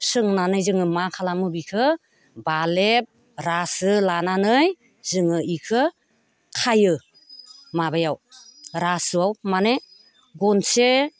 सोंनानै जोङो मा खालामो बेखौ बालेब रासो लानानै जोङो बेखौ खायो माबायाव रासोआव माने गनसे